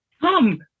Come